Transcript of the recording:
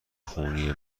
خونی